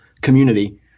community